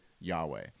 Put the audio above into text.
Yahweh